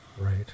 Right